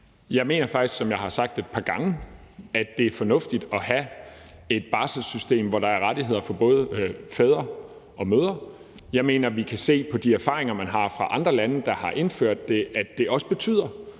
Jeg mener faktisk, som jeg har sagt et par gange, at det er fornuftigt at have et barselssystem, hvor der er rettigheder for både fædre og mødre. Jeg mener, at vi kan se på de erfaringer, man har fra andre lande, der har indført det, at det også betyder,